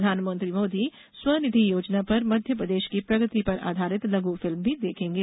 प्रधानमंत्री मोदी स्वनिधि योजना पर मध्यप्रदेश की प्रगति पर आधारित लघु फिल्म भी देखेंगे